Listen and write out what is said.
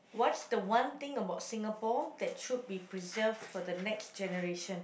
what's the one thing about Singapore that should be preserved for the next generation